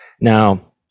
Now